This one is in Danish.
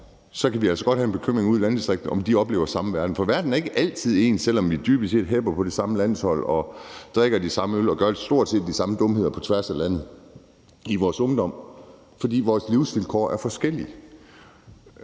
kan vi altså godt have en bekymring ude i landdistrikterne for, om de oplever samme verden. For verden er ikke altid ens, selv om vi dybest set hepper på det samme landshold og drikker de samme øl og gør stort set de samme dumheder på tværs af landet i vores ungdom. For vores livsvilkår er forskellige.